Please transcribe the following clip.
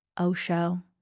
Osho